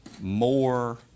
more